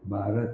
Bharat